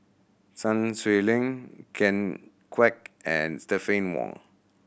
Sun Xueling Ken Kwek and Stephanie Wong